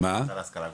המועצה להשכלה גבוהה.